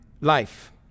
life